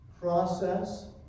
process